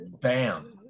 bam